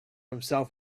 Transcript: himself